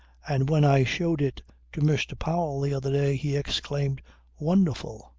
and when i showed it to mr. powell the other day he exclaimed wonderful!